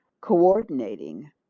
coordinating